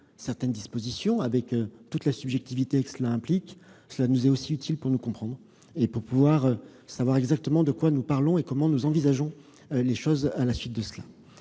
certaines dispositions, avec toute la subjectivité que cela implique. C'est aussi utile pour nous comprendre et pour savoir exactement de quoi nous parlons et comment nous envisageons les choses. Il y a des